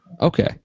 Okay